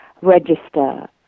register